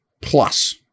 plus